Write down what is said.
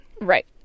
Right